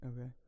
okay